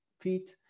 feet